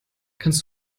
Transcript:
kannst